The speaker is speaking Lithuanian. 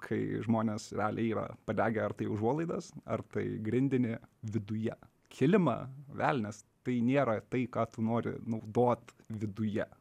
kai žmonės realiai yra padegę ar tai užuolaidas ar tai grindinį viduje kilimą velnias tai nėra tai ką tu nori naudot viduje